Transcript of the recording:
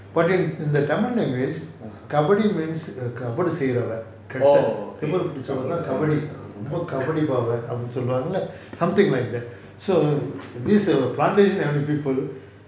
but in in the tamil language kabaddi means கபடு செய்றவ கெட்டவே திமிரு பிடிச்சவ தான் கடாபி ரொம்ப கபடு பிடிச்சவ அப்பிடின்னு சொல்லுவாங்களா:kabadu seirava ketavae thimuru pidichava thaan kadabi romba kabadu pidichava apidinu soluvangalaa something like that so this plantation avenue people